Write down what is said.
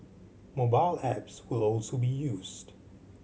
mobile apps will also be used